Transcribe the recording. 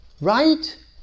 Right